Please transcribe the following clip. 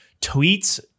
tweets